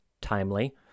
timely